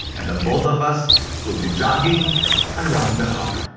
and the both of us will be jogging around the car.